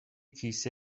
کیسه